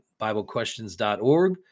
BibleQuestions.org